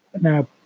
Now